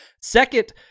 Second